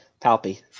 Palpy